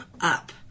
Up